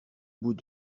bout